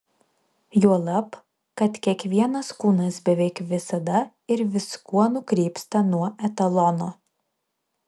juolab kad kiekvienas kūnas beveik visada ir viskuo nukrypsta nuo etalono